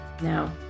Now